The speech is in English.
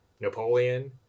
Napoleon